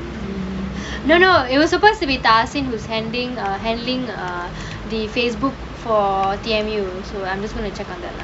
no no it was supposed to be who's handing handling the Facebook for D_M you also I'm just gonna check on them